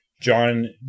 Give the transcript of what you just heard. John